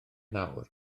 nawr